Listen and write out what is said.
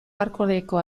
hardcoreko